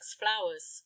flowers